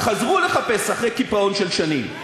חזרו לחפש אחרי קיפאון של שנים,